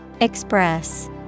Express